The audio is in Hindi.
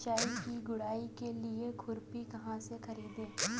मिर्च की गुड़ाई के लिए खुरपी कहाँ से ख़रीदे?